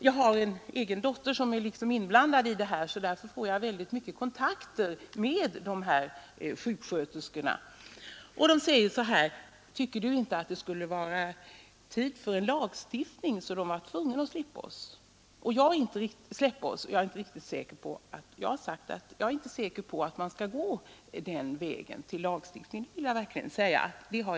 Jag har anknytning till sjuksköterskeutbildningen och många kontakter med dessa sjuksköterskor. Det finns de som har frågat om det inte är tid för en lagstiftning, så att huvudmännen blir tvungna att släppa dem till vidareutbildning. Jag är inte själv säker på att man skall gå den vägen utan vidta andra åtgärder.